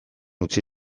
utzi